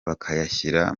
bakayashyira